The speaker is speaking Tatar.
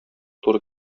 туры